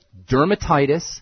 dermatitis